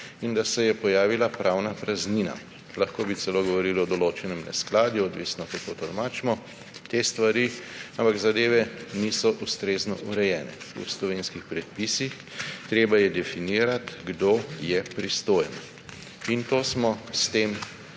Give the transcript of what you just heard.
in se je pojavila pravna praznina. Lahko bi celo govorili o določenem neskladju, odvisno, kako tolmačimo te stvari. Ampak zadeve niso ustrezno urejene v slovenskih predpisih. Treba je definirati, kdo je pristojen, in to smo s tem